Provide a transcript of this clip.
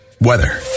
weather